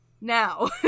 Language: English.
Now